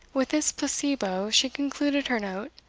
with this placebo she concluded her note,